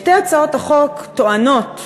שתי הצעות החוק טוענות,